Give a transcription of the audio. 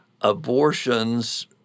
abortions